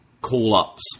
call-ups